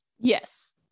Yes